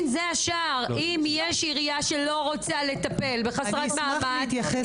אם יש עירייה שלא רוצה לטפל בחסרת מעמד,